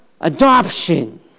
adoption